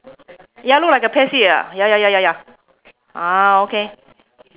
ya look like a pear shape ah ya ya ya ya ya ah okay